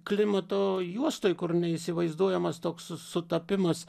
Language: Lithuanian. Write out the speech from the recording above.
klimato juostoj kur neįsivaizduojamas toks sutapimas